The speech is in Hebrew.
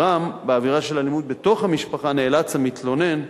ברם, בעבירה של אלימות בתוך המשפחה נאלץ המתלונן,